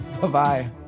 Bye-bye